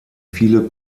viele